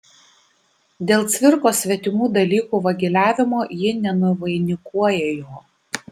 dėl cvirkos svetimų dalykų vagiliavimo ji nenuvainikuoja jo